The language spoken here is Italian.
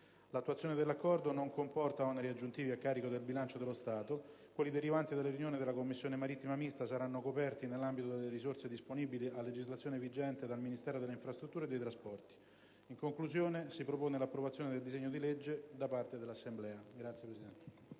L'attuazione dell'Accordo non comporta oneri aggiuntivi a carico del bilancio dello Stato. Quelli derivanti dalla riunione della Commissione marittima mista saranno coperti nell'ambito delle risorse disponibili a legislazione vigente dal Ministero delle infrastrutture e dei trasporti. In conclusione, si propone l'approvazione del disegno di legge da parte dell'Assemblea.